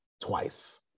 twice